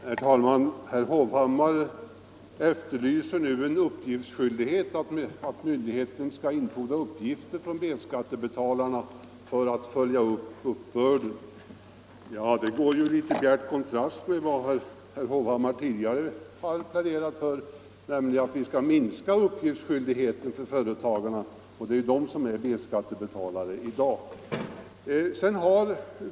Herr talman! Herr Hovhammar efterlyser nu uppgiftsskyldighet — myndigheten skall infordra uppgifter från B-skattebetalarna för att följa upp uppbörden. Det står i bjärt kontrast till vad han tidigare har pläderat för, nämligen att vi skall minska uppgiftsskyldigheten för företagarna, som ju i dag är B-skattebetalare.